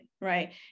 right